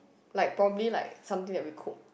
like probably like something we had cooked